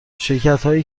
شرکتهایی